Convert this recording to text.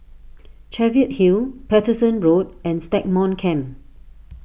Cheviot Hill Paterson Road and Stagmont Camp